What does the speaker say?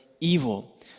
evil